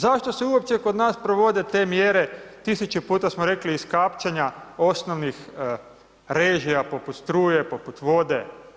Zašto se uopće kod nas provode te mjere, 1000 puta smo rekli iskapčanja osnovnih režija poput struje, poput vode?